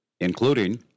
including